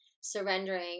surrendering